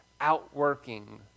outworking